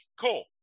cool